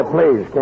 Please